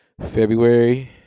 February